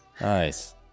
Nice